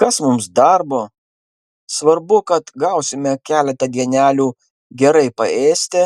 kas mums darbo svarbu kad gausime keletą dienelių gerai paėsti